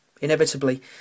Inevitably